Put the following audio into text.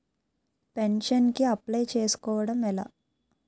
Pension కి apply చేసుకోవడం ఎలా?